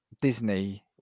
Disney